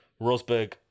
Rosberg